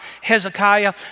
Hezekiah